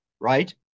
right